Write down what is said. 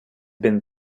been